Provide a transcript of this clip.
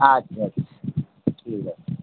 আচ্ছা আচ্ছা ঠিক আছে